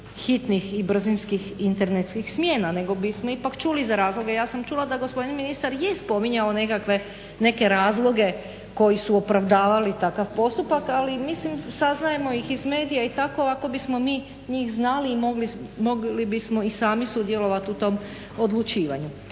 hitnih i brzinskih internetskih smjene nego bismo ipak čuli za razloge. Ja sam čula da gospodin ministar je spominjao nekakve razloge koji su opravdavali takva postupak ali mislim saznajemo ih iz medija i tako ako bismo mi njih znali mogli bismo i sami sudjelovati u tom odlučivanju.